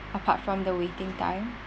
apart from the waiting time